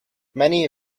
many